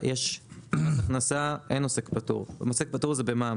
עוסק פטור זה במע"מ.